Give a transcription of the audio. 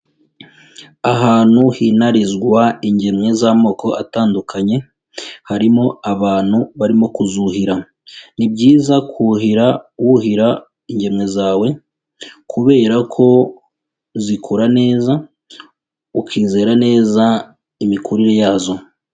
Ahantu hinarizwa ingemwe z'amoko atandukanye, harimo abantu barimo kuzuhira. Ni byiza kuhira wuhira ingemwe zawe kubera ko zikura neza ukizera neza imikurire yazo.